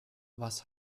was